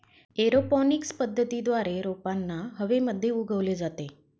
aeroponics पद्धतीद्वारे रोपांना हवेमध्ये उगवले जाते